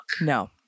No